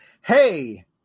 hey